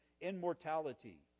immortality